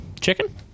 Chicken